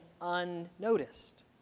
unnoticed